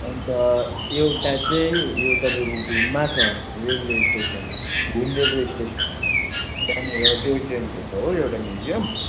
अन्त एउटा चाहिँ यो तपाईँको घुममा छ railway station Ghum railway station त्यहाँनिर टोय ट्रेनको छ हो एउटा म्युजियम